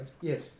Yes